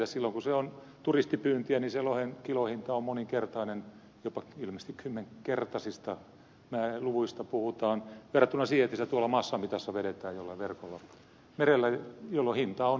silloin kun se on turistipyyntiä niin sen lohen kilohinta on moninkertainen ilmeisesti kymmenkertaisista luvuista puhutaan verrattuna siihen että sitä tuolla massamitassa vedetään jollain verkolla merellä jolloin hinta on niin kuin tiedetään hyvinkin pieni